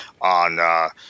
on